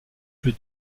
plus